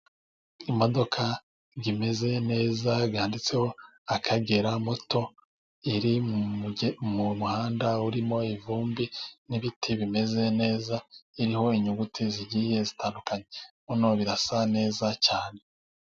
Imodoka ntimeze neza yanditseho akagera moto, iri mu muhanda urimo ivumbi ,n'ibiti bimeze neza, iriho inyuguti zigiye zitandukanye birasa neza cyane.